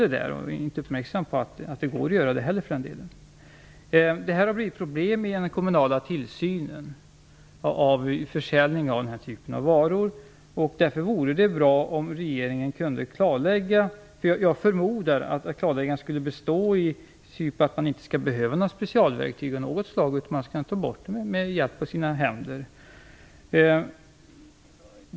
Konsumenten är kanske inte heller uppmärksammad på att uttagning kan ske. Detta har blivit ett problem för den kommunala tillsynen över försäljningen av denna typ av varor. Det vore därför bra om regeringen kunde klarlägga situationen. Jag förmodar att ett sådant klarläggande skulle kunna bestå i att det inte skall behövas specialverktyg av något slag för borttagandet utan att det skall kunna ske enbart med hjälp av händerna.